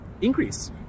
increase